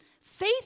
faith